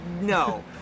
no